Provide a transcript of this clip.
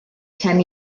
ten